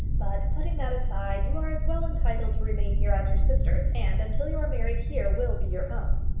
but putting that aside you are as well entitled to remain here as your sisters, and, until you are married, here will be your home.